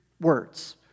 words